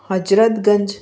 Hazratganj